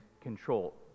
control